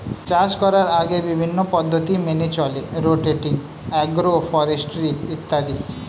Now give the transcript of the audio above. চাষ করার আগে বিভিন্ন পদ্ধতি মেনে চলে রোটেটিং, অ্যাগ্রো ফরেস্ট্রি ইত্যাদি